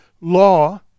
law